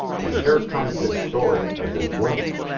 and here comes this story of this woman